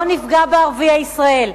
לא נפגע בערביי ישראל,